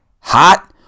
hot